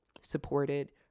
supported